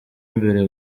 imbere